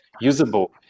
usable